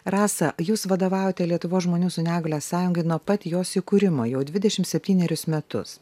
rasa jūs vadovaujate lietuvos žmonių su negalia sąjungai nuo pat jos įkūrimo jau dvidešim septynerius metus